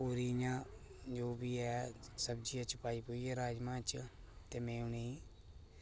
पूरी इंया जो बी ऐ सब्जियै च पाइयै राजमां च ते में उनेंगी